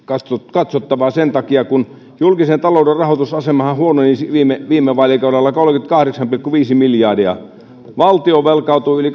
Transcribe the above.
katsottavaa sen takia kun julkisen talouden rahoitusasemahan huononi viime viime vaalikaudella kolmekymmentäkahdeksan pilkku viisi miljardia valtio velkaantui yli